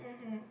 mmhmm